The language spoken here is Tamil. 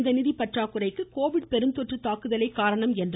இந்த நிதி பற்றாக்குறைக்கு கோவிட் பெருந்தொற்று தாக்குதலே காரணம் என்றார்